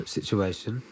situation